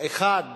האחד